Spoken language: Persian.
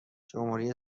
جمهوری